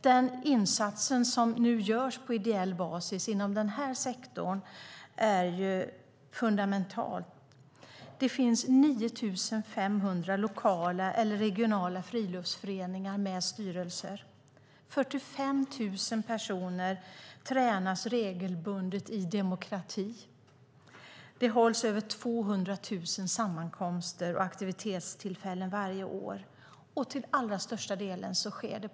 Den insats som görs på ideell basis inom den här sektorn är fundamental. Det finns 9 500 lokala eller regionala friluftsföreningar med styrelser, och 45 000 personer tränas regelbundet i demokrati. Det hålls över 200 000 sammankomster och aktivitetstillfällen varje år. Och detta sker till den allra största delen på ideell basis.